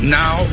now